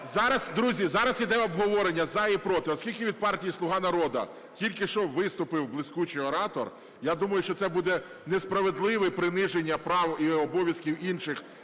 Зараз, друзі, зараз іде обговорення: за і проти. Оскільки від партії "Слуга народу" тільки що виступив блискучий оратор, я думаю, що це буде несправедливе приниження прав і обов'язків інших